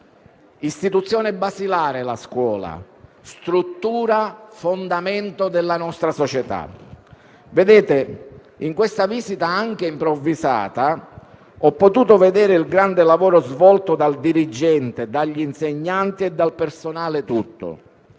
Istituzione basilare è la scuola, struttura e fondamento della nostra società. In occasione di questa visita, anche improvvisata, ho potuto vedere il grande lavoro svolto dal dirigente, dagli insegnanti e dal personale tutto.